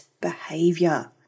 behavior